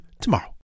tomorrow